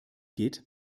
geht